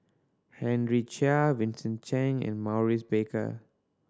Henry Chia Vincent Cheng and Maurice Baker